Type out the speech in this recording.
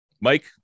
Mike